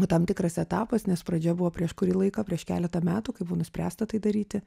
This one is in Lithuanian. o tam tikras etapas nes pradžia buvo prieš kurį laiką prieš keletą metų kai buvo nuspręsta tai daryti